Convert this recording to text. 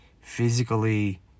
physically